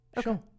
Sure